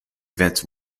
vince